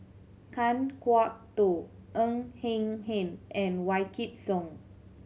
Kan Kwok Toh Ng Eng Hen and Wykidd Song